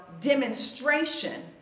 demonstration